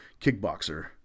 kickboxer